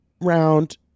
round